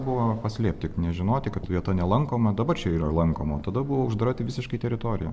buvo paslėpti nežinoti kad vieta nelankoma dabar čia yra lankoma tada buvo uždara tai visiškai teritorija